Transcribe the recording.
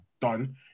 Done